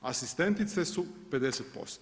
Asistentice su 50%